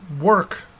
work